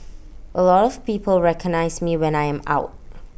A lot of people recognise me when I am out